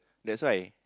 that's why